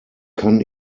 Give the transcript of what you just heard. kann